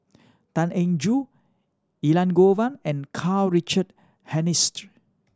Tan Eng Joo Elangovan and Karl Richard Hanitsch